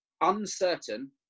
uncertain